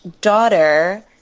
daughter